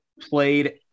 played –